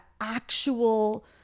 actual